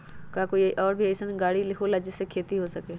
का कोई और भी अइसन और गाड़ी होला जे से खेती हो सके?